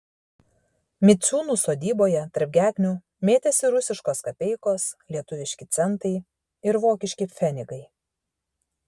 miciūnų sodyboje tarp gegnių mėtėsi rusiškos kapeikos lietuviški centai ir vokiški pfenigai